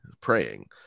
praying